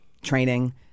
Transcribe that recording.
training